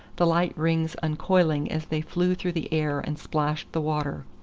the light rings uncoiling as they flew through the air and splashed the water.